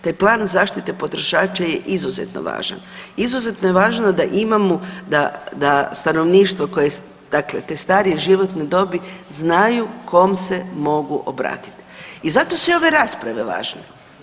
Taj plan zaštite potrošača je izuzetno važan, izuzetno je važno da imamo da stanovništvo koje, dakle te starije životne dobi znaju kom se mogu obratit i zato su ove rasprave važne.